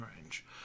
range